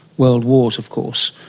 world wars of course,